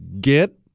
get